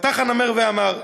פתח הנמר ואמר: